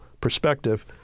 perspective